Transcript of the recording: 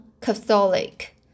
Catholic